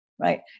Right